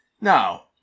Now